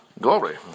Glory